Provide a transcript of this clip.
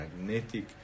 magnetic